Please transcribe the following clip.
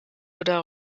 oder